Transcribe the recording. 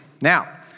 Now